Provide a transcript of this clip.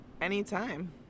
Anytime